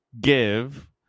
give